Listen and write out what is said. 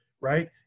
right